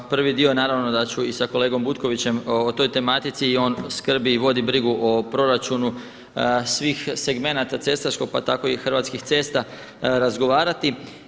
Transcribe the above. Prvi dio naravno da ću i sa kolegom Butkovićem o toj tematici i on skrbi i vodi brigu o proračunu svih segmenata cestarskog pa tako i Hrvatskih cesta razgovarati.